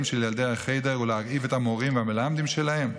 של ילדי החדר ולהרעיב את המורים והמלמדים שלהם?